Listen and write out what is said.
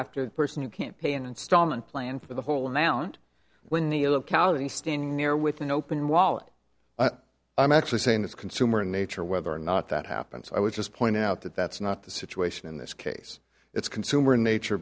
after a person who can't pay an installment plan for the whole amount when the localities standing near with an open wallet i'm actually saying this consumer in nature whether or not that happens i would just point out that that's not the situation in this case it's consumer in nature